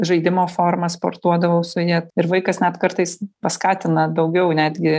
žaidimo forma sportuodavau su ja ir vaikas net kartais paskatina daugiau netgi